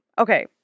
Okay